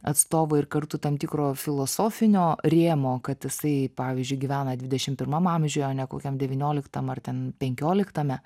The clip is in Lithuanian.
atstovai ir kartu tam tikro filosofinio rėmo kad jisai pavyzdžiui gyvena dvidešimt pirmam amžiuj o ne kokiam devynioliktam ar ten penkioliktame